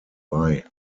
bei